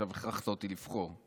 עכשיו הכרחת אותי לבחור.